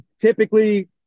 Typically